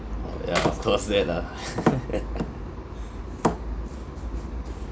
orh ya of course that ah